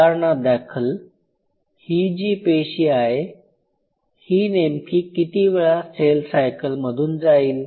उदाहरणादाखल ही जी पेशी आहे ही नेमकी किती वेळा सायकल मधून जाईल